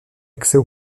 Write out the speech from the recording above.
accès